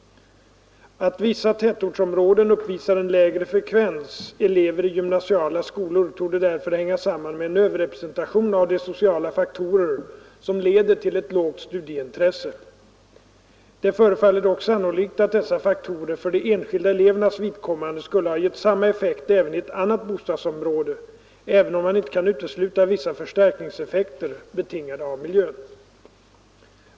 Att vissa tätortsområden uppvisar en lägre frekvens elever i gymnasiala skolor torde därför hänga samman med en överrepresentation av de sociala faktorer, som leder till ett lågt studieintresse. Det förefaller dock sannolikt att dessa faktorer för de enskilda elevernas vidkommande skulle ha gett samma effekt även i ett annat bostadsområde, även om man inte kan utesluta vissa förstärkningseffekter, betingade av miljön.